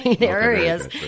areas